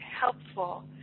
helpful